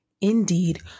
indeed